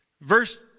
Verse